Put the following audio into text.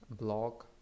blog